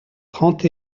trente